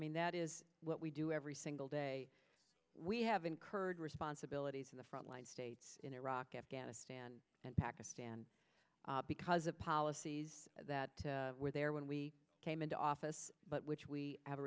mean that is what we do every single day we have incurred responsibilities in the front line state in iraq afghanistan and pakistan because the policies that were there when we came into office but which we have a